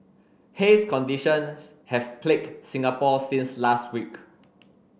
haze condition have plagued Singapore since last week